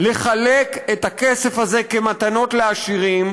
לחלק את הכסף הזה כמתנות לעשירים,